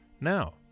Now